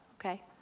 okay